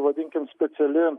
vadinkim speciali